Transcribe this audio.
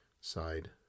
side